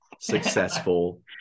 successful